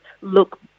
look